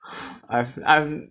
I've I'm